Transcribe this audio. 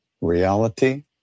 Reality